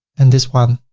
and this one,